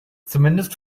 zumindest